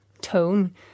tone